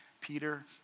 Peter